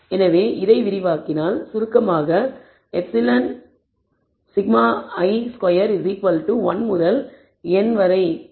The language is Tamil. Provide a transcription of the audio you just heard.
எனவே இதை விரிவாக்கினால் சுருக்கமாக σεi2i1 முதல் n வரை என எழுதப்பட்டுள்ளது